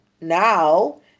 Now